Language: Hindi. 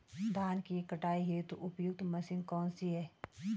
धान की कटाई हेतु उपयुक्त मशीन कौनसी है?